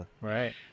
Right